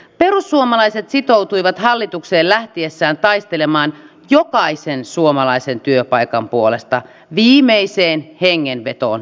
perussuomalaiset sitoutuivat hallitukseen lähtiessään taistelemaan jokaisen suomalaisen työpaikan puolesta viimeiseen hengenvetoon asti